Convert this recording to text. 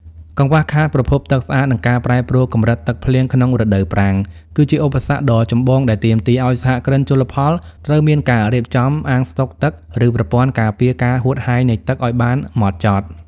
កង្វះខាតប្រភពទឹកស្អាត និងការប្រែប្រួលកម្រិតទឹកភ្លៀងក្នុងរដូវប្រាំង គឺជាឧបសគ្គដ៏ចម្បងដែលទាមទារឱ្យសហគ្រិនជលផលត្រូវមានការរៀបចំអាងស្ដុកទឹក ឬប្រព័ន្ធការពារការហួតហែងនៃទឹកឱ្យបានហ្មត់ចត់។